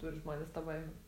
turi žmonės tą baimę